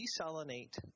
desalinate